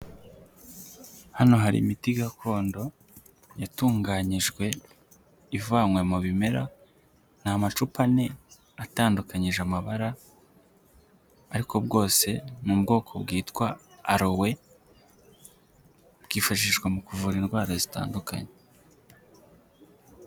Hano hari imiti gakondo yatunganyijwe ivanywe mu bimera ni amacupa ane atandukanyije amabara, ariko bwose mu bwoko bwitwa arowe bwifashishwa mu kuvura indwara zitandukanye.